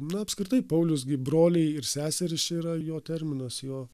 na apskritai paulius gi broliai ir seserys čia yra jo terminas jo